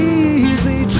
easy